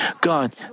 God